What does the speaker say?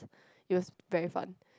it was very fun